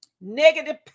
negative